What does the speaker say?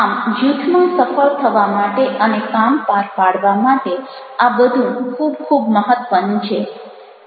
આમ જૂથમાં સફળ થવા માટે અને કામ પાર પાડવા માટે આ બધું ખૂબ ખૂબ મહત્ત્વનું છે